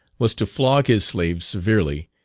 was to flog his slaves severely,